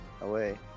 away